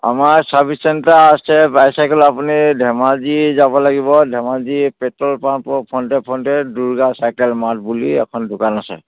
আমাৰ service centre আছে bicycle আপুনি ধেমাজি যাব লাগিব ধেমাজি পেট্ৰল পাম্পৰ ফ্ৰণ্টে ফ্ৰণ্টে দুৰ্গা চাইকেল মাৰ্ট বুলি এখন দোকান আছে